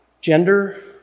gender